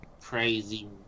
Crazy